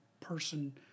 person